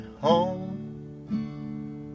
home